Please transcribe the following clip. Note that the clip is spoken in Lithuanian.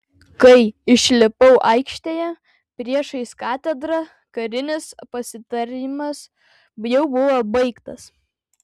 kai išlipau aikštėje priešais katedrą karinis pasitarimas jau buvo baigtas